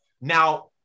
now